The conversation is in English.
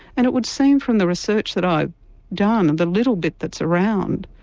and it would seem from the research that i've done, and the little bit that's around,